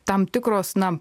tam tikros na